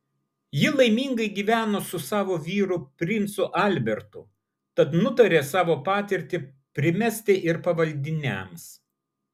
ji laimingai gyveno su savo vyru princu albertu tad nutarė savo patirtį primesti ir pavaldiniams